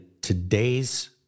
today's